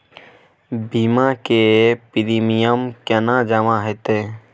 बीमा के प्रीमियम केना जमा हेते?